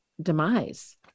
demise